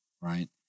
right